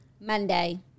Monday